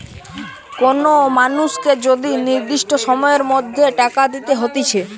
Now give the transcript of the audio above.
কোন মানুষকে যদি নির্দিষ্ট সময়ের মধ্যে টাকা দিতে হতিছে